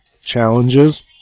challenges